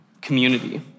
community